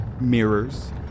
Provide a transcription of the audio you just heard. Mirrors